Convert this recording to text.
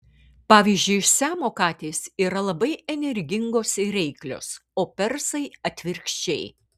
pavyzdžiui siamo katės yra labai energingos ir reiklios o persai atvirkščiai